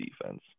defense